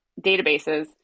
databases